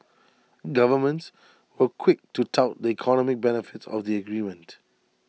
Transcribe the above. governments were quick to tout the economic benefits of the agreement